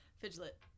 Fidget